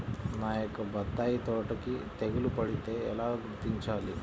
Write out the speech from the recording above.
నా యొక్క బత్తాయి తోటకి తెగులు పడితే ఎలా గుర్తించాలి?